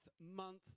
month